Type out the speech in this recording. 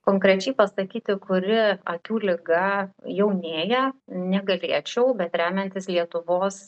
konkrečiai pasakyti kuri akių liga jaunėja negalėčiau bet remiantis lietuvos